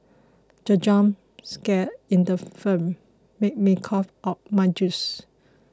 the jump scare in the film made me cough out my juice